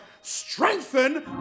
strengthen